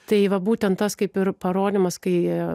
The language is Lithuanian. tai va būtent tas kaip ir parodymas kai